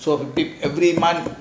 so big every month